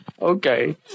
Okay